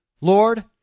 Lord